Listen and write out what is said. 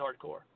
hardcore